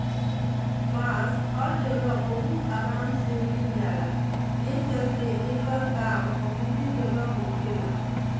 बांस हर जगह बहुत आराम से मिल जाला, ए चलते एकर काम बहुते जगह होखेला